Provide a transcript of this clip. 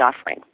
offering